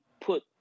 put